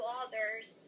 others